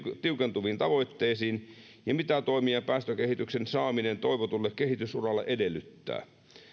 tiukentuviin tavoitteisiin ja mitä toimia päästökehityksen saaminen toivotulle kehitysuralle edellyttää